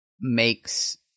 makes